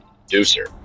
producer